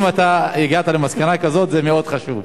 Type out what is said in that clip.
אם אתה הגעת למסקנה כזאת זה מאוד חשוב.